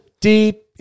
Deep